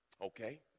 okay